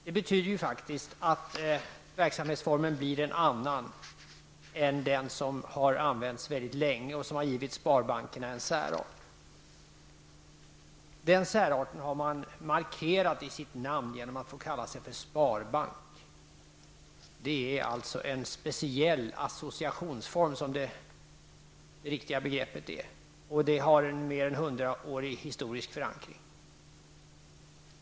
Det betyder faktiskt att verksamhetsformen blir en annan än den som har använts så länge och som har givit sparbankerna deras särart. Den särarten har man markerat i sitt namn genom att kalla sig för sparbank. Det är alltså en speciell associationsform. Den har en mer än 100-årig historisk förankring.